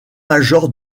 major